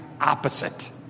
opposite